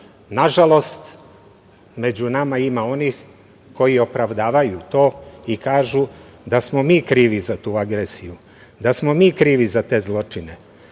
nedelo. Nažalost, među nama ima onih koji opravdavaju to i kažu da smo mi krivi za tu agresiju, da smo mi krivi za te zločine.